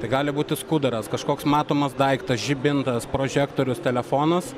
tai gali būti skuduras kažkoks matomas daiktas žibintas prožektorius telefonas